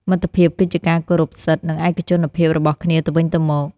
មិត្តភាពគឺជាការគោរពសិទ្ធិ និងឯកជនភាពរបស់គ្នាទៅវិញទៅមក។